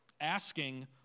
asking